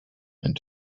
and